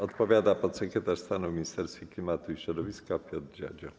Odpowiada podsekretarz stanu w Ministerstwie Klimatu i Środowiska Piotr Dziadzio.